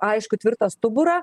aiškų tvirtą stuburą